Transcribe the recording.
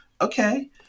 Okay